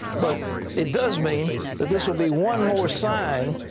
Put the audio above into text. but it does mean that this will be one more sign,